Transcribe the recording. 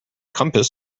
compass